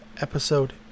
episode